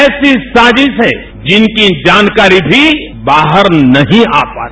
ऐसी साजिशें जिनकी जानकारी भी बाहर नहीं आ पाती